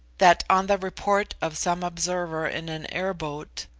that on the report of some observer in an air-boat,